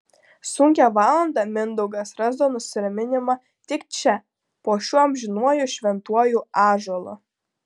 sunkią valandą mindaugas rasdavo nusiraminimą tik čia po šiuo amžinuoju šventuoju ąžuolu